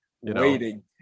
waiting